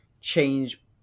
change